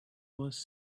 was